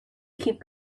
keep